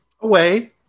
away